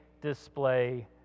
display